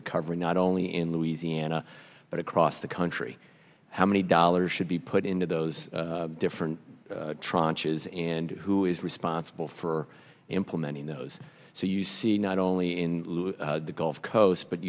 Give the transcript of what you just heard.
recovery not only in louisiana but across the country how many dollars should be put into those different traunch is and who is responsible for implementing those so you see not only in the gulf coast but